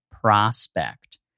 Prospect